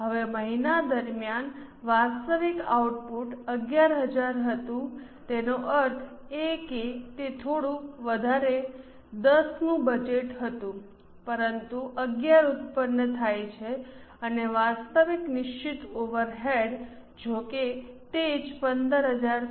હવે મહિના દરમિયાન વાસ્તવિક આઉટપુટ 11000 હતું તેનો અર્થ એ કે તે થોડું વધારે 10 નું બજેટ હતું પરંતુ 11 ઉત્પન્ન થાય છે અને વાસ્તવિક નિશ્ચિત ઓવરહેડ્સ જો કે તે જ 15000 છે